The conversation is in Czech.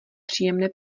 příjemné